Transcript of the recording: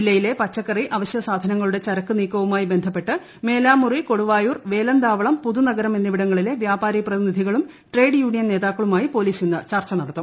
ജില്ലയിലെ പച്ചക്കറി അവശ്യ സാധനങ്ങളുടെ ചരക്കുനീക്കവുമായി ബന്ധപ്പെട്ട് മേലാമുറി കൊടുവായൂർ വേലന്താവളം പുതുനഗരം എന്നിവിടങ്ങളിലെ വ്യാപാരി പ്രതിനിധികളും ട്രേഡ് യൂണിയൻ നേതാക്കളുമായും പോലീസ് ഇന്ന് ചർച്ച നടത്തും